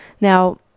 now